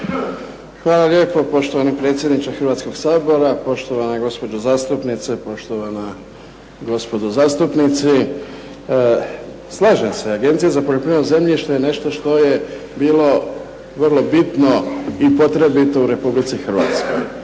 Hvala lijepo. Poštovani predsjedniče Hrvatskog sabora, poštovane gospođe zastupnice, poštovana gospodo zastupnici. Slažem se, Agencija za poljoprivredno zemljište je nešto što je bilo vrlo bitno i potrebito u Republici Hrvatskoj.